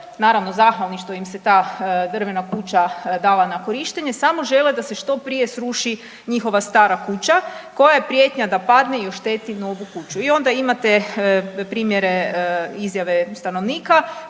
naravno zahvalni što im se ta drvena kuća dala na korištenje, samo žele da se što prije sruši njihova stara kuća koja je prijetnja da padne i ošteti novu kuću. I onda imate primjere izjave stanovnika